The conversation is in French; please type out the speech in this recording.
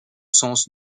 sens